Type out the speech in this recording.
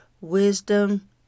wisdom